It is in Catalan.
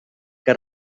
que